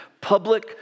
public